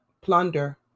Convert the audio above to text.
Plunder